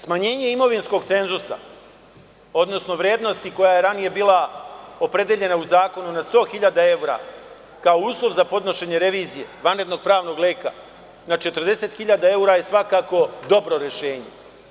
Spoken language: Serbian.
Smanjenje imovinskog cenzusa, odnosno vrednosti koja je ranije bila opredeljena u zakonu na 100 hiljada evra kao uslov za podnošenje revizije, vanrednog pravnog leka na 40 hiljada evra je svakako dobro rešenje.